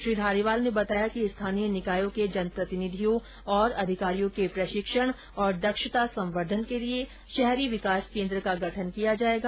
श्री धारीवाल ने बताया कि स्थानीय निकायों के जनप्रतिनिधियों और अधिकारियों के प्रशिक्षण तथा दक्षता संवर्धन के लिए शहरी विकास केन्द्र का गठन किया जाएगा